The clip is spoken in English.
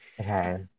Okay